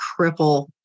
cripple